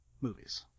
movies